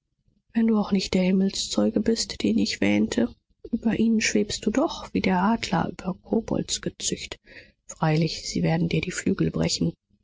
wenn du auch nicht der himmelszeuge bist den ich wähnte über ihnen schwebst du doch wie der adler über koboldsgezücht freilich sie werden dir die flügel brechen